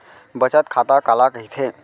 बचत खाता काला कहिथे?